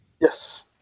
yes